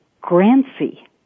Grancy